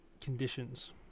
conditions